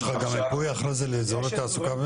יש לך גם מיפוי אחרי זה לאזורי תעסוקה ומסחר?